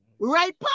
Right